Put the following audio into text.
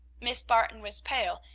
miss barton was pale,